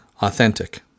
authentic